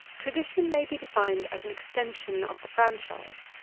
tradition may be defined as an extension of the franchise.